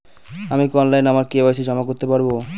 আমি কি অনলাইন আমার কে.ওয়াই.সি জমা করতে পারব?